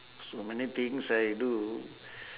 so many things I do